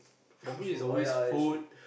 for me is always food